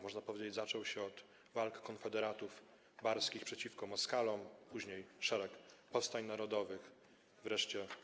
Można powiedzieć, iż zaczął się on od walk konfederatów barskich przeciwko Moskalom, później doszło do szeregu powstań narodowych, wreszcie